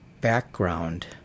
background